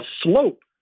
slope